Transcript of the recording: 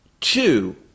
two